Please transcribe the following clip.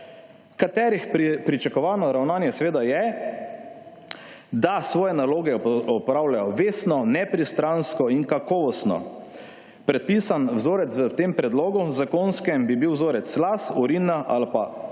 katerih pričakovano ravnanje seveda je, da svoje naloge opravljajo vestno, nepristransko in kakovostno. Predpisan vzorec v tem predlogu, zakonskem, bi bil vzorec las, urina ali pa krvi,